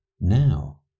now